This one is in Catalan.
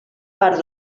part